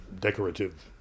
decorative